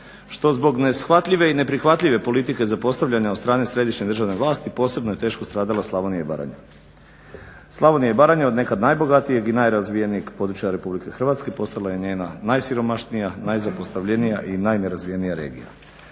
što zbog neshvatljive i neprihvatljive politike zapostavljanja od strane središnje državne vlasti posebno je teško stradala Slavonija i Baranja. Slavonija i Baranja od nekad najbogatijeg i najrazvijenijeg područja RH postala je njena najsiromašnija, najzapostavljenija i najnerazvijenija regija.